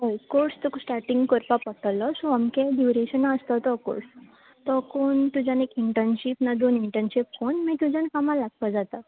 होय कोर्स तुका स्टाटींग कोरपा पोडटलो सो अमको ड्युरेशना आसतो तो कोर्स तो कोन्न तुज्यान एक इंटनशीप नाजाल्यार इंटनशीर कोन्न मागीर तुज्यान कामा लागपाक जाता